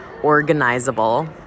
organizable